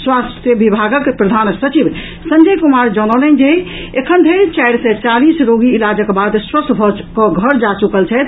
स्वास्थ्य विभागक प्रधान सचिव संजय कुमार जनौलनि जे एखन धरि चारि सय चालीस रोगी इलाजक बाद स्वस्थ भऽ कऽ घर जा चुकल छथि